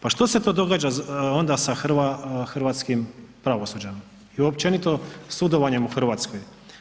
Pa što se to događa onda sa hrvatskim pravosuđem i općenito sudovanjem u Hrvatskoj.